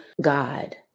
God